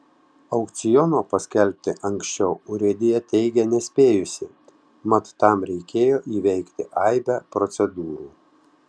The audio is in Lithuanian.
aukciono paskelbti anksčiau urėdija teigia nespėjusi mat tam reikėjo įveikti aibę procedūrų